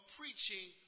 preaching